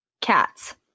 cats